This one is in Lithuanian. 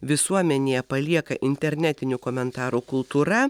visuomenėje palieka internetinių komentarų kultūra